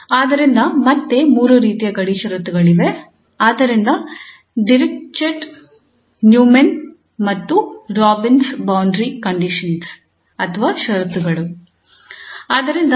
ಆದ್ದರಿಂದ ಮತ್ತೆ ಮೂರು ರೀತಿಯ ಗಡಿ ಷರತ್ತುಗಳಿವೆ ಆದ್ದರಿಂದ ಡಿರಿಚ್ಲೆಟ್ ನ್ಯೂಮನ್ ಮತ್ತು ರಾಬಿನ್ ನ ಗಡಿ ಷರತ್ತುಗಳು Dirichlet Neumann and Robins boundary conditions